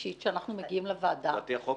כשאנחנו כבר מגיעים לוועדה לקריאה שנייה ושלישית.